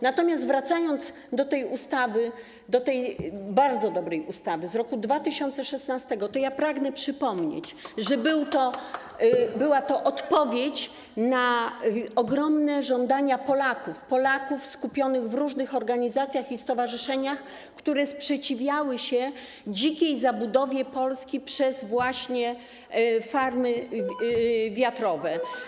Natomiast wracając do tej ustawy, do tej bardzo dobrej ustawy z roku 2016, pragnę przypomnieć, że była to odpowiedź na ogromne żądania Polaków skupionych w różnych organizacjach i stowarzyszeniach, które sprzeciwiały się dzikiej zabudowie Polski właśnie przez farmy wiatrowe.